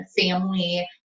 family